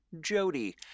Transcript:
Jody